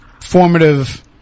Formative